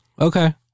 okay